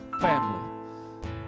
family